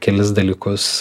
kelis dalykus